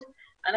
הג'ר,